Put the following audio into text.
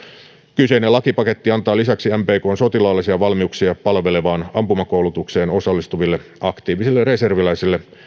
kyseinen lakipaketti antaa lisäksi mpkn sotilaallisia valmiuksia palvelevaan ampumakoulutukseen osallistuville aktiivisille reserviläisille